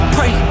Pray